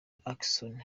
atkinson